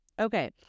Okay